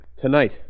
Tonight